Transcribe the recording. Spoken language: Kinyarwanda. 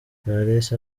clarisse